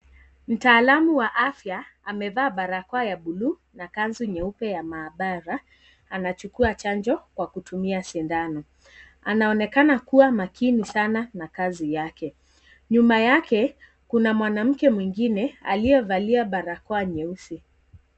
Mtaalamu wa afya amevaa barakoa ya bluu na kanzu nyeupe ya maabara. Anachukua chanjo kwa kutumia sindano. Anaonekana kuwa makini sana na kazi yake. Nyuma yake kuna mwanamke mwingine aliyevalia barakoa nyeusi.